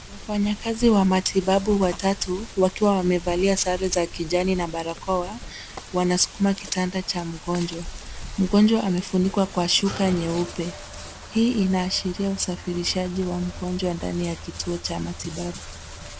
Wafanyikazi wa matibabu watatu wakiwa wamevalia sare za kijani na barakoa, wanaskuma kitanda cha mgonjwa. Mgonjwa amefunikwa Kwa shuka nyeupe. Hii inaashiria usafirishaji wa mgonjwa ndani ya kituo cha matibabu.